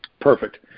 Perfect